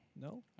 No